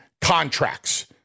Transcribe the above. contracts